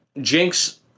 Jinx